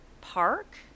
Park